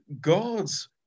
God's